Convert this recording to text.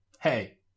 hey